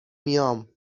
میام